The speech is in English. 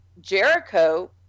Jericho